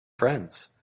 friends